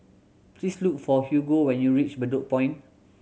please look for Hugo when you reach Bedok Point